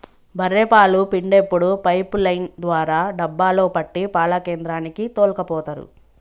బఱ్ఱె పాలు పిండేప్పుడు పైపు లైన్ ద్వారా డబ్బాలో పట్టి పాల కేంద్రానికి తోల్కపోతరు